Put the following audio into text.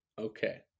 Okay